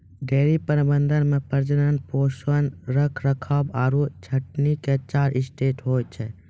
dairy प्रबंधन मॅ प्रजनन, पोषण, रखरखाव आरो छंटनी के चार स्टेज होय छै